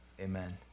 Amen